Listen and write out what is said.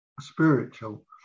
spiritual